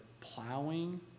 plowing